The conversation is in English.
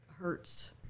hurts